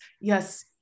yes